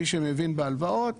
מי שמבין בהלוואה,